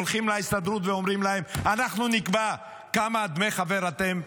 הולכים להסתדרות ואומרים להם: אנחנו נקבע כמה דמי חבר אתם,